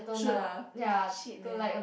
should ah shit man